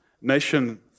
nation